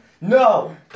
No